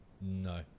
No